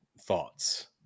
thoughts